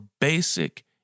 basic